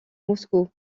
moscou